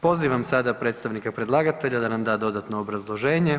Pozivam sada predstavnika predlagatelja da nam da dodatno obrazloženje.